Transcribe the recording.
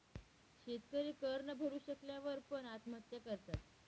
शेतकरी कर न भरू शकल्या वर पण, आत्महत्या करतात